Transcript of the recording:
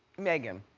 meghan.